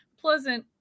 Pleasant